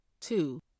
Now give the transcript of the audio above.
Two